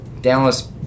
Dallas